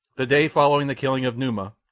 the day following the killing of numa,